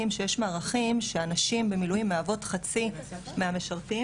שיש מערכים שהנשים במילואים מהוות חצי מהמשרתים,